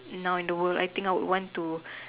now in the world I think I would want to